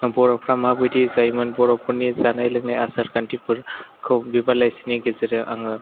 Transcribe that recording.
बर'फ्रा माबायदियै जायोमोन बर'फोरनि जानाय लोंनाय आसार खान्थिफोरखौ बिबार लाइसिनि गेजेरजों आङो